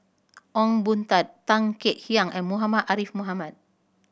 Ong Boon Tat Tan Kek Hiang and Muhammad Ariff Muhammad